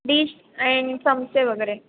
dish and चमचे वगैरे